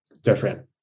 different